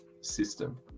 system